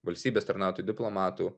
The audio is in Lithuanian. valstybės tarnautojų diplomatų